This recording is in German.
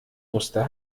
muster